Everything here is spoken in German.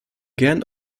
gern